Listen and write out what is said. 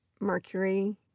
Mercury